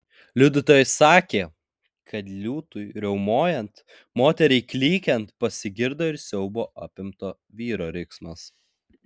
liudytojai sakė kad liūtui riaumojant moteriai klykiant pasigirdo ir siaubo apimto vyro riksmas